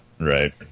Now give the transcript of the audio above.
Right